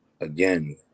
again